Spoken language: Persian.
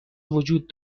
وجود